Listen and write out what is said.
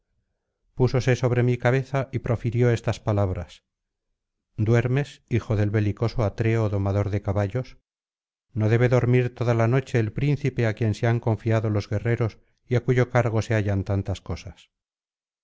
púsose sobre mi cabeza y profirió estas palabras duermes hijo del belicoso atreo domador de caballos no debe dormir toda la noche el príncipe á quien se han confiado los guerreros y á cuyo cargo se hallan tantas cosas